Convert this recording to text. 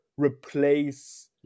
replace